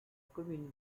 commune